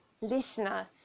listener